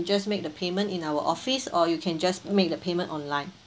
just make the payment in our office or you can just make the payment online